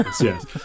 yes